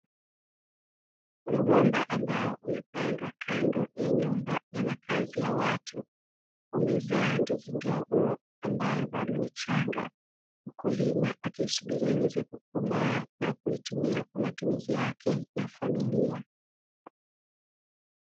Mgomba ambao umepandwa kando ya nyumba ya makazi ya watu umezaa ndizi ndogo ambayo bado ni changa; mkulima akiisubilia iweze kukomaa na kuitumia kwa matumizi yake na familia.